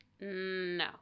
No